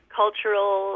cultural